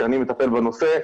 כשאני מטפל בנושא,